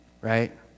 Right